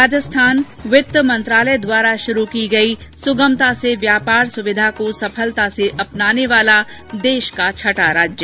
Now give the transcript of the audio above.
राजस्थान वित्त मंत्रालय द्वारा शुरू की गई सुगमता से व्यापार सुविधा को सफलता से अपनाने वाला देश का छठा राज्य